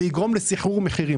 זה יגרום לסחרור מחירים.